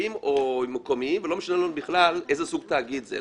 או מקומיים ולא משנה לנו איזה סוג תאגיד זה.